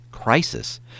crisis